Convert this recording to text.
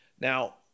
Now